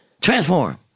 transform